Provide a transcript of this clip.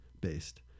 based